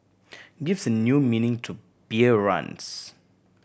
gives a new meaning to beer runs